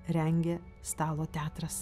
rengia stalo teatras